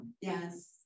Yes